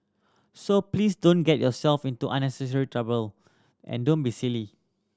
so please don't get yourself into unnecessary trouble and don't be silly